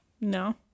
No